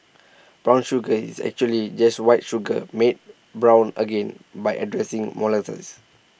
brown sugar is actually just white sugar made brown again by addressing molasses